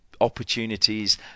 opportunities